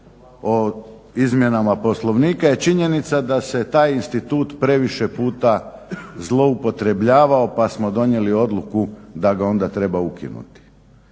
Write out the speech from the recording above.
o izmjenama Poslovnika je činjenica da se taj institut previše puta zloupotrebljavao pa smo donijeli odluku da ga onda treba ukinuti.